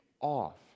off